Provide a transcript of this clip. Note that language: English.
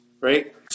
right